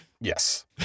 Yes